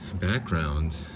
background